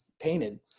painted